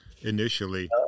initially